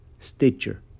Stitcher